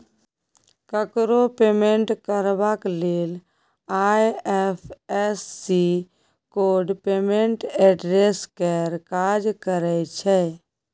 ककरो पेमेंट करबाक लेल आइ.एफ.एस.सी कोड पेमेंट एड्रेस केर काज करय छै